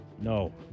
No